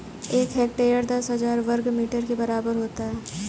एक हेक्टेयर दस हजार वर्ग मीटर के बराबर होता है